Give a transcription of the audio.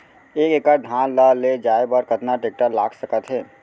एक एकड़ धान ल ले जाये बर कतना टेकटर लाग सकत हे?